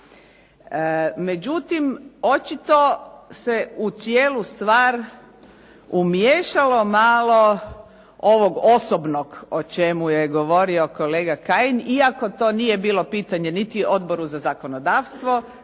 Međutim, očito se u cijelu stvar umiješalo malo ovog osobnog o čemu je govorio kolega Kajin iako to nije bilo pitanje niti Odboru za zakonodavstvo,